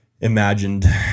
imagined